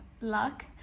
luck